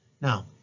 Now